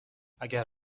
اگر